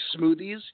smoothies